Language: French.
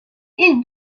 ils